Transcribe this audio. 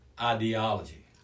ideology